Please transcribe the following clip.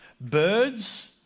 Birds